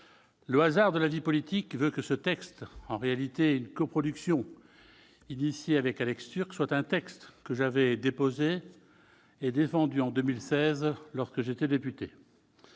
Le hasard de la vie politique veut que ce texte, en réalité une coproduction lancée avec Alex Türk, soit un texte que j'avais déposé et défendu en 2016 lorsque j'étais député.